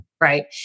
right